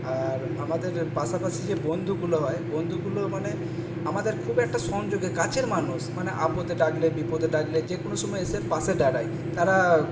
আর আমাদের পাশাপাশি যে বন্ধুগুলো হয় বন্ধুগুলো মানে আমাদের খুব একটা মানে কাছের মানুষ মানে আপদে ডাকলে বিপদে ডাকলে যে কোনো সময় এসে পাশে দাঁড়ায় তারা